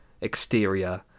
exterior